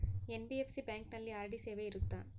NBFC ಬ್ಯಾಂಕಿನಲ್ಲಿ RD ಸೇವೆ ಇರುತ್ತಾ?